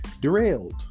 derailed